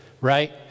right